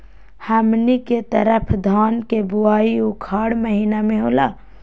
हमनी के तरफ धान के बुवाई उखाड़ महीना में होला